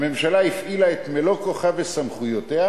הממשלה הפעילה את מלוא כוחה וסמכויותיה,